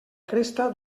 cresta